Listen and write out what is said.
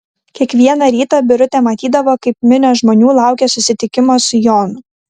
kiekvieną rytą birutė matydavo kaip minios žmonių laukia susitikimo su jonu